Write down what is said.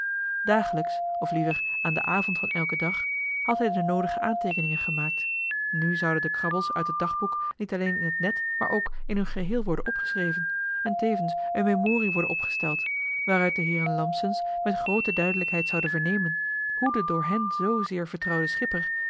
dagelijks of liever aan den avond van elken dag had hij de noodige aanteekeningen gemaakt nu zouden de krabbels uit het dagboek niet alleen in het net maar ook in hun geheel worden opgeschreven en tevens een memorie worden opgesteld waaruit de heeren lampsens met groote duidelijkheid zouden vernemen hoe de door hen zoo zeer vertrouwde schipper